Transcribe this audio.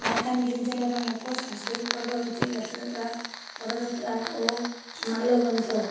ମାଲକାନଗିରି ଜିଲ୍ଲାର ମୁଖ୍ୟ ସାଂସ୍କୃତିକ ପର୍ବ ହେଉଛି ରଥଯାତ୍ରା ପରଯାତ୍ରା ଓ ମାଲବନ୍ତ